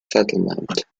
settlement